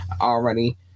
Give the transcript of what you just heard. already